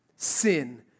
Sin